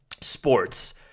sports